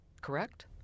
correct